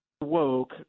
woke